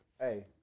Hey